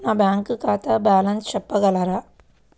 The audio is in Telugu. నా బ్యాంక్ ఖాతా బ్యాలెన్స్ చెప్పగలరా?